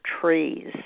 trees